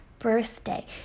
Birthday